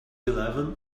eleven